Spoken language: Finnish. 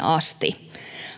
asti